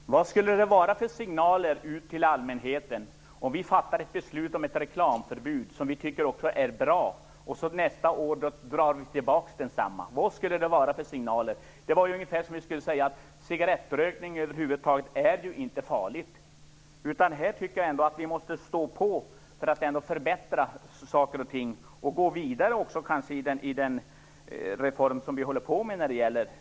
Fru talman! Vad skulle det ge för signaler till allmänheten om vi fattade ett beslut om ett reklamförbud, som vi tycker är bra, och nästa år drar tillbaka detsamma? Vad skulle det vara för signal? Det vore ungefär som att säga att cigarettrökning över huvud taget inte är farligt. Här tycker jag att vi måste stå på för att förbättra saker och ting och gå vidare i den reform som vi håller på med när det gäller detta.